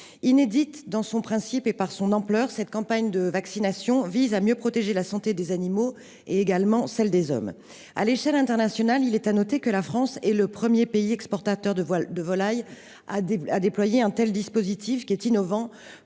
Inédite dans son principe et par son ampleur, cette campagne de vaccination vise à mieux protéger la santé des animaux et celle des hommes. À l’échelle internationale, la France est le premier grand pays exportateur de volailles à déployer un tel dispositif innovant